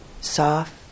soft